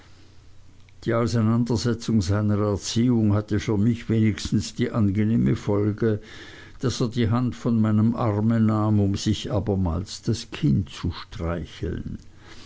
die auseinandersetzung seiner erziehung hatte für mich wenigstens die angenehme folge daß er die hand von meinem arme nahm um sich abermals das kinn zu streicheln